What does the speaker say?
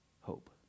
hope